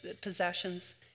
possessions